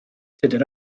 tudur